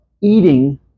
eating